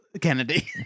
Kennedy